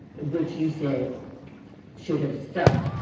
which you say should have stuck,